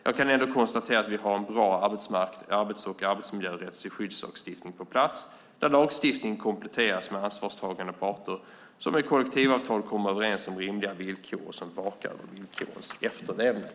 Jag kan ändå konstatera att vi har en bra arbets och arbetsmiljörättslig skyddslagstiftning på plats där lagstiftningen kompletteras med ansvarstagande parter som i kollektivavtal kommer överens om rimliga villkor och som vakar över villkorens efterlevnad.